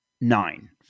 nine